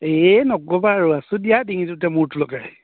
এই নক'বা আৰু আছোঁ দিয়া ডিঙিটোতে মূৰটো লগাই